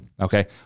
okay